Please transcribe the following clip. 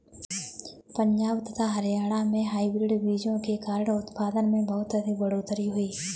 पंजाब तथा हरियाणा में हाइब्रिड बीजों के कारण उत्पादन में बहुत अधिक बढ़ोतरी हुई